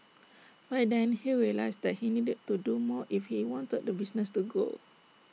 by then he realised that he needed to do more if he wanted the business to grow